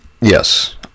yes